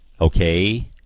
Okay